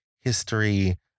history